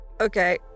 Okay